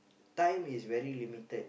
time is very limited